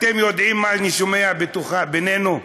אתם יודעים מה אני שומע, בינינו?